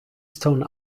stone